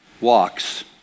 walks